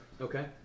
Okay